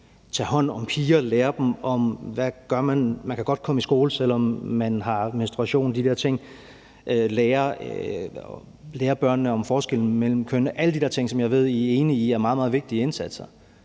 tage hånd om piger og lære dem om, at man godt kan komme i skole, selv om man har menstruation, og de der ting og lære børnene om forskellen imellem køn og alle de der ting, som jeg ved I er enige i er meget, meget vigtige indsatser.